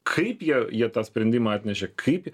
kaip jie jie tą sprendimą atnešė kaip